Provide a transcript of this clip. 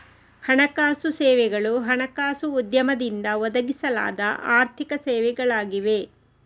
ಹಣಕಾಸು ಸೇವೆಗಳು ಹಣಕಾಸು ಉದ್ಯಮದಿಂದ ಒದಗಿಸಲಾದ ಆರ್ಥಿಕ ಸೇವೆಗಳಾಗಿವೆ